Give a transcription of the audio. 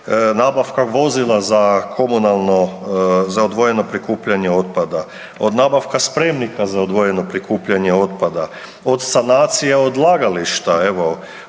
nabavka vozila za komunalno za odvojeno prikupljanje otpada, od nabavka spremnika za odvojeno prikupljanje otpada, od sanacija odlagališta evo,